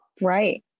Right